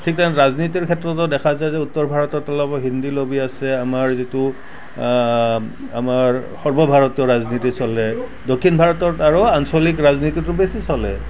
ঠিক তেনে ৰাজনীতিৰ ক্ষেত্ৰতো দেখা যায় যে উত্তৰ ভাৰতত অলপ হিন্দী লবি আছে আমাৰ যিটো আমাৰ সৰ্বভাৰতীয় ৰাজনীতি চলে দক্ষিণ ভাৰতত আৰু আঞ্চলিক ৰাজনীতিটো বেছি চলে